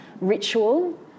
ritual